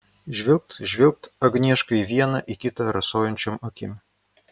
žvilgt žvilgt agnieška į vieną į kitą rasojančiom akim